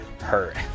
hurt